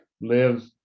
live